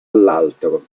all’altro